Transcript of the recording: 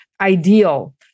ideal